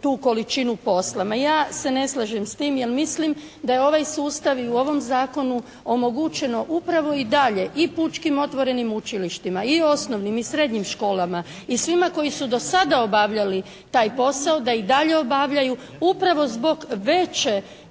tu količinu posla. Ma ja se ne slažem s tim jer mislim da je ovaj sustav i u ovom zakonu omogućeno upravo i dalje i pučkim otvorenim učilištima i osnovnim i srednjim školama i svima koji su do sada obavljati taj posao, da i dalje obavljaju upravo zbog veće